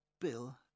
Bill